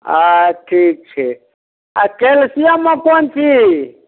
आ ठीक छै आ कैल्सियममे कोन छी